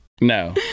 no